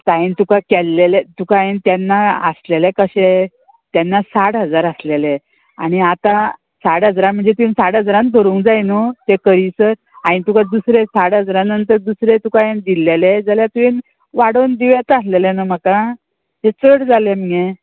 हांवें तुका केल्लेले तुका हांवें तेन्ना आसलेले कशे तेन्ना साठ हजार आसलेले आनी आतां साठ हजार म्हणजे तुवें साठ हजारान भरूंक जाय न्हू तें खंयीसर हांवें तुका दुसरे साठ हजारान दुसरें तुका हांवें दिल्लेले जाल्यार तुवेन वाडोन दिव येता आसलेले न्हू म्हाका ते चड जाले मगे